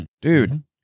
dude